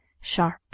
sharp